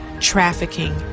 trafficking